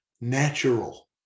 natural